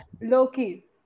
Loki